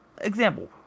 Example